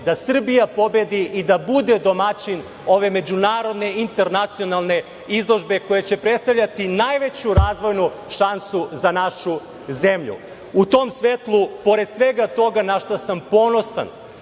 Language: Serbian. da Srbija pobedi i da bude domaćin ove međunarodne internacionalne izložbe, koja će predstavljati najveću razvojnu šansu za našu zemlju.U tom svetlu, pored svega toga na šta sam ponosan